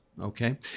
okay